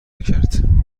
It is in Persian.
کرد